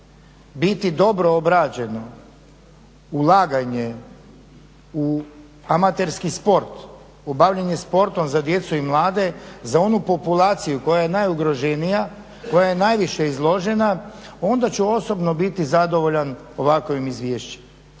biti dobro obrađeno ulaganje u amaterski sport, u bavljenje sportom za djecu i mlade za onu populaciju koja je najugroženija koja je najviše ugrožena onda ću osobno biti zadovoljan ovakvim izvješćem.